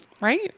Right